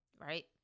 right